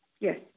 Yes